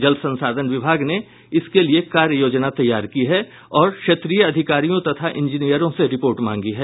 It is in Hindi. जल संसाधन विभाग ने इसके लिये कार्य योजना तैयार की है और क्षेत्रीय अधिकारियों तथा इंजीनियरों से रिपोर्ट मांगी है